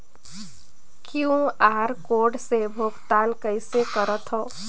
QR code से भुगतान कइसे करथव?